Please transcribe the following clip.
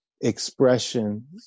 expression